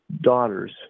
daughters